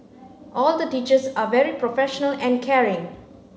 all the teachers are very professional and caring